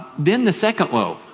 then the second woe.